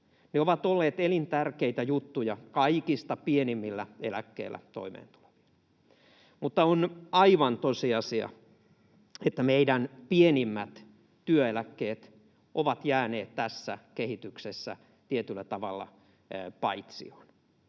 Ne ovat olleet elintärkeitä juttuja kaikista pienimmillä eläkkeillä toimeentuleville. Mutta on aivan tosiasia, että meidän pienimmät työeläkkeet ovat jääneet tässä kehityksessä tietyllä tavalla paitsioon.